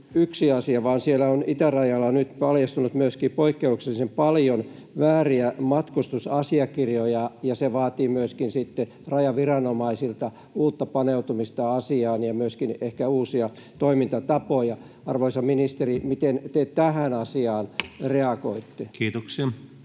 yksin, vaan siellä on itärajalla nyt paljastunut myöskin poikkeuksellisen paljon vääriä matkustusasiakirjoja, ja se vaatii myöskin sitten rajaviranomaisilta uutta paneutumista asiaan ja myöskin ehkä uusia toimintatapoja. Arvoisa ministeri, miten te tähän asiaan [Puhemies